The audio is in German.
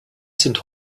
sind